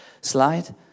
slide